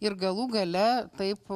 ir galų gale taip